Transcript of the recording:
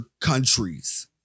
countries